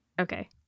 Okay